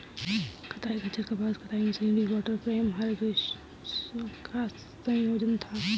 कताई खच्चर कपास कताई मशीनरी वॉटर फ्रेम तथा हरग्रीव्स का संयोजन था